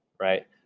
right